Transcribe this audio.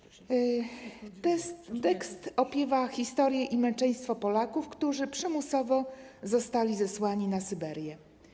Tekst opiewa historię i męczeństwo Polaków, którzy przymusowo zostali zesłani na Syberię.